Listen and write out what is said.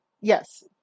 Yes